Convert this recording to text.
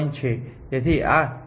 તેથી આ n હમણાં જ લંબાવવામાં આવ્યું છે